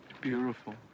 Beautiful